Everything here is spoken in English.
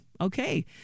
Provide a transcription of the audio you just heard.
Okay